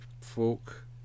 folk